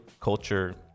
culture